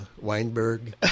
weinberg